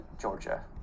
Georgia